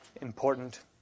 important